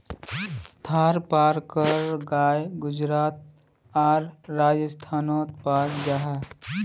थारपारकर गाय गुजरात आर राजस्थानोत पाल जाहा